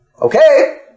Okay